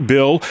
Bill